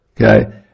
Okay